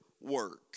work